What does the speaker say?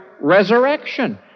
resurrection